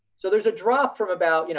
so there's a drop from about, you know